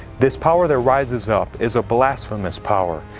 this power that rises up is a blasphemous power.